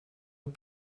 und